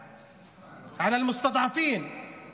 אחראית לעליית המחירים במדינה בכל התחומים.